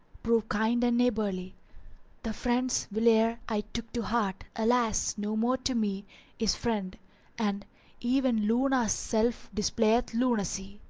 prove kind and neighbourly the friend, whilere i took to heart, alas! no more to me is friend and even luna's self displayeth lunacy